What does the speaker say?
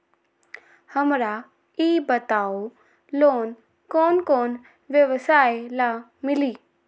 हमरा ई बताऊ लोन कौन कौन व्यवसाय ला मिली?